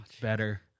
Better